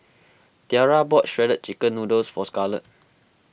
Tiara bought Shredded Chicken Noodles for Scarlet